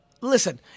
listen